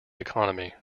economy